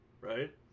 right